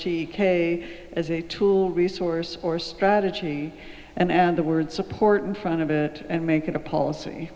k as a tool resource or strategy and add the word support in front of it and make it a policy